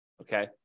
Okay